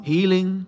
Healing